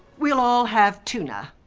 we'll all have tuna.